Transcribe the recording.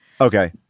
okay